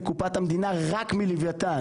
לקופת המדינה רק מלווייתן,